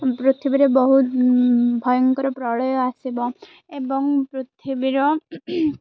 ପୃଥିବୀରେ ବହୁତ ଭୟଙ୍କର ପ୍ରଳୟ ଆସିବ ଏବଂ ପୃଥିବୀର